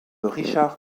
richard